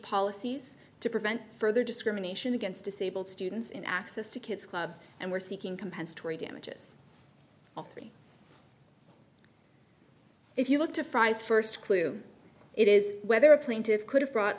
policies to prevent further discrimination against disabled students in access to kids club and were seeking compensatory damages of three if you look to fry's first clue it is whether a plaintive could have brought